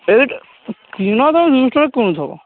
ଏହି ତ କିଣା ଦାମ ଦୁଇଶହ ଟଙ୍କା କିଣୁଥବ